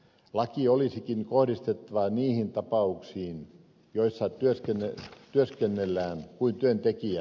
laki olisikin kohdistettava niihin tapauksiin joissa työskennellään kuin työntekijät